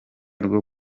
rwo